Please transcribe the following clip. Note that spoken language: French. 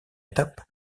étape